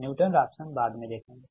new ton Raphson बाद में देखेंगे